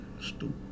Stupid